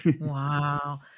Wow